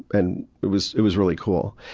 and it was it was really cool.